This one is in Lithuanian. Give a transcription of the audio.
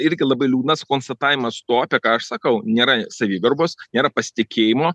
irgi labai liūdnas konstatavimas to apie ką aš sakau nėra savigarbos nėra pasitikėjimo